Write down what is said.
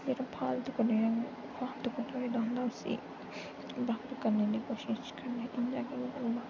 जेह्ड़ा फालतू करने आं फालतू कपड़ा जेह्ड़ा होंदा उसी अस बक्ख करने दी कोशश करनी इ'यां कि ओह्